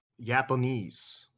Japanese